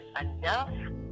enough